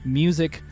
music